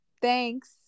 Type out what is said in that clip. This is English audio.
thanks